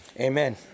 Amen